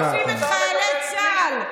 תוקפים חיילי צה"ל.